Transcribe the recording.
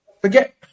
forget